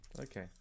Okay